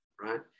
Right